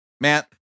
Matt